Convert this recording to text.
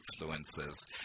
influences